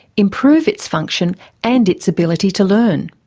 improve its function and its ability to learn.